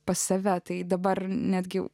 pas save tai dabar netgi